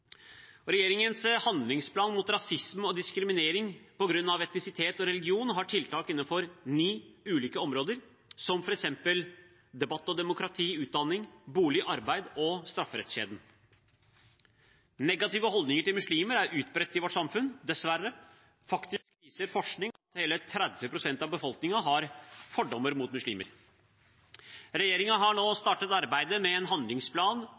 Regjeringens handlingsplan mot rasisme og diskriminering på grunn av etnisitet og religion har tiltak innenfor ni ulike områder som f.eks. debatt og demokrati, utdanning, bolig, arbeid og strafferettskjeden. Negative holdninger til muslimer er utbredt i vårt samfunn, dessverre. Faktisk viser forskning at hele 30 pst. av befolkningen har fordommer mot muslimer. Regjeringen har nå startet arbeidet med en handlingsplan